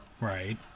Right